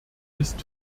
ist